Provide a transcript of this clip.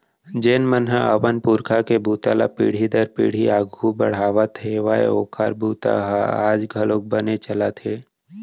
जेन मन ह अपन पूरखा के बूता ल पीढ़ी दर पीढ़ी आघू बड़हात हेवय ओखर बूता ह आज घलोक बने चलत हे